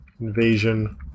Invasion